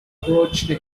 approached